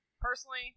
personally